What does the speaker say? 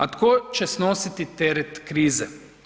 A tko će snositi teret krize?